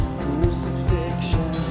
crucifixion